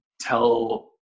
tell